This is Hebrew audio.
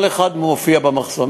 כל אחד מופיע במחסום.